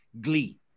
glee